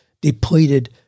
depleted